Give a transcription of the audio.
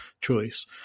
choice